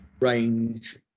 range